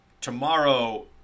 tomorrow